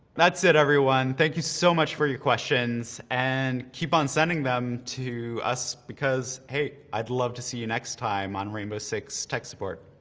that's it, everyone. thank you so much for your questions, and keep on sending them to us because hey, i'd love to see you next time on rainbow six tech support.